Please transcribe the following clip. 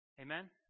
Amen